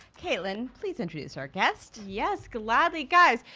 caitlin please introduce our guest. yes, gladly. guys,